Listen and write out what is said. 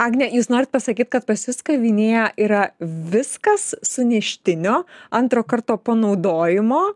agne jūs norit pasakyt kad pas jus kavinėje yra viskas suneštinio antro karto panaudojimo